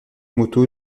moto